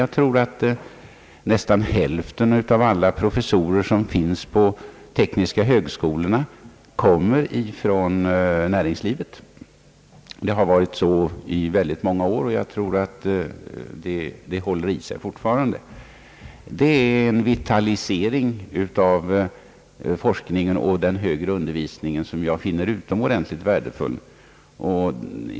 Jag tror att nästan hälften av alla professorer vid de tekniska högskolorna kommer från näringslivet. Det har varit så i många år, och det håller i sig fortfarande. Detta medför en vitalisering av forskningen och den högre undervisningen som jag finner utomordentligt värdefull.